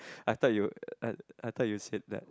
I thought you I I thought you said that